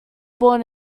born